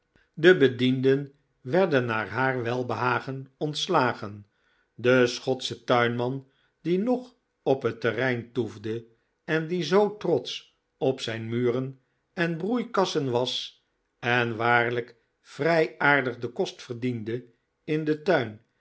de bedienden werden naar haar welbehagen ontslagen de schotsche tuinman die nog op het terrein toefde en die zoo trotsch op zijn muren en broeikassen was en waarlijk vrij aardig den kost verdiende in den tuin